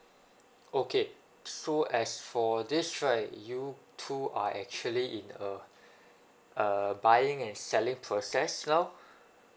okay so as for this right you two are actually in a uh buying and selling process now